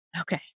Okay